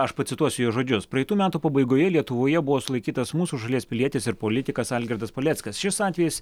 aš pacituosiu jo žodžius praeitų metų pabaigoje lietuvoje buvo sulaikytas mūsų šalies pilietis ir politikas algirdas paleckis šis atvejis